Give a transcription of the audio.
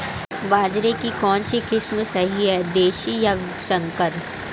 बाजरे की कौनसी किस्म सही हैं देशी या संकर?